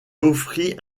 offrit